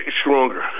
stronger